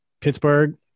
Pittsburgh